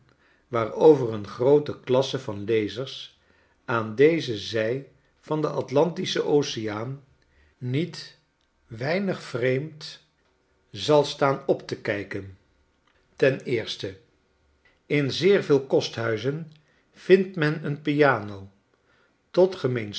waarover een groote klasse van lezers aan deze zij van den atlantischen oceaan niet weinig vreemd zal staan op te kijken ten eerste in zeer veel kosthuizen vindt men een piano tot